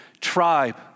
Tribe